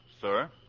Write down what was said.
sir